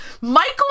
Michael